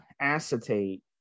acetate